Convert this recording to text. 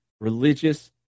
Religious